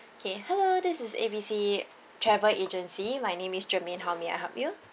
okay hello this is A B C travel agency my name is germaine how may I help you